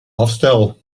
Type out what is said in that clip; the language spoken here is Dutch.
afstel